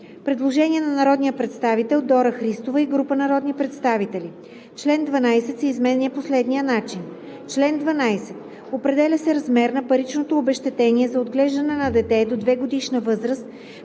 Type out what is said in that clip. Предложение на народния представител Дора Христова и група народни представители: „Член 12 се изменя по следния начин: „Чл. 12. Определя се размер на паричното обезщетение за отглеждане на дете до 2-годишна възраст